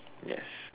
yes